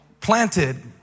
planted